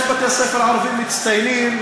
יש בתי-ספר ערביים מצטיינים,